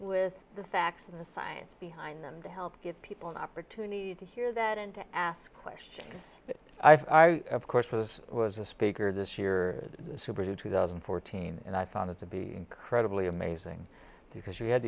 with the facts and the science behind them to help give people an opportunity to hear that and to ask questions but i of course this was a speaker this year superhit two thousand and fourteen and i found it to be incredibly amazing because you had